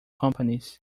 companies